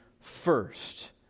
first